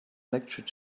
lecture